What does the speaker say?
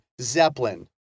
Zeppelin